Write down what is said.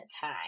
time